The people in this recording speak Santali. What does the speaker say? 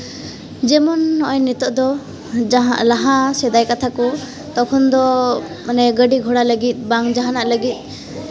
ᱡᱮᱢᱚᱱ ᱱᱚᱜᱼᱚᱸᱭ ᱱᱤᱛᱚᱜ ᱫᱚ ᱞᱟᱦᱟ ᱥᱮᱫᱟᱭ ᱠᱟᱛᱷᱟ ᱠᱚ ᱛᱚᱠᱷᱚᱱ ᱫᱚ ᱢᱟᱱᱮ ᱜᱟᱹᱰᱤ ᱜᱷᱳᱲᱟ ᱞᱟᱹᱜᱤᱫ ᱵᱟᱝ ᱡᱟᱦᱟᱱᱟᱜ ᱞᱟᱹᱜᱤᱫ